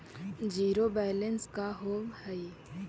Zero balance का होव हइ?